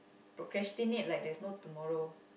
procrastinate like there's no tomorrow